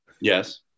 Yes